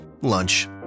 lunch